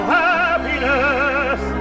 happiness